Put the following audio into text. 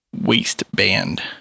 waistband